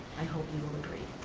i hope you will agree.